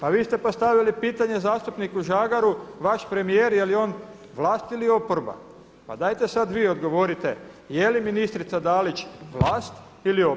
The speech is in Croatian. Pa vi ste postavili pitanje zastupniku Žagaru, vaš premijer jeli on vlast ili oporba, pa dajte sada vi odgovorite jeli ministra Dalić vlast ili oporba?